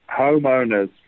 homeowners